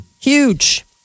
Huge